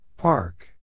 Park